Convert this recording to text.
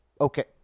Okay